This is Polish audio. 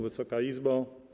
Wysoka Izbo!